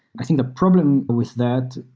i think the problem with that,